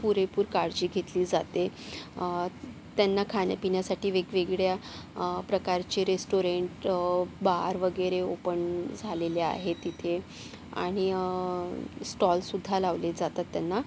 पुरेपूर काळजी घेतली जाते त्यांना खाण्यापिण्यासाठी वेगवेगळ्या प्रकारचे रेस्टॉरंट बार वगैरे ओपन झालेले आहेत तिथे आणि स्टॉलसुद्धा लावले जातात त्यांना